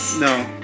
No